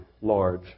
large